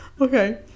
Okay